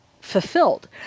fulfilled